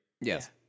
Yes